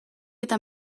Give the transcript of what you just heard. eta